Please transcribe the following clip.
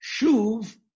Shuv